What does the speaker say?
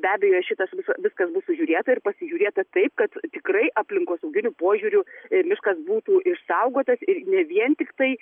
be abejo šitas visas viskas bus sužiūrėta ir pasižiūrėta taip kad tikrai aplinkosauginiu požiūriu miškas būtų išsaugotas ir ne vien tiktai